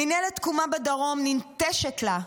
מינהלת תקומה בדרום ננטשת לה,